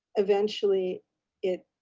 eventually it